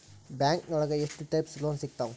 ಬ್ಯಾಂಕೋಳಗ ಎಷ್ಟ್ types loan ಸಿಗ್ತಾವ?